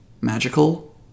magical